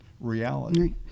reality